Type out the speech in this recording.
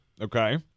okay